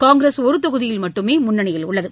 காங்கிரஸ் ஒரு தொகுதியில் மட்டுமே முன்னிலையில் உள்ளது